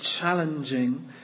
challenging